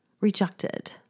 rejected